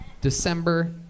December